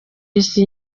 isi